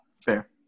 Fair